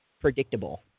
predictable